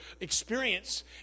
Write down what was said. experience